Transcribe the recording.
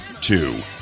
Two